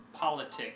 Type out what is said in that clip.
politics